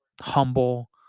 humble